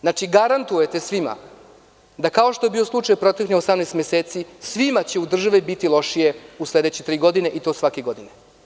Znači, garantujete svima da, kao što je bio slučaj proteklih 18 meseci, svima će u državi biti lošije u sledeće tri godine i to svake godine.